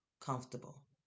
comfortable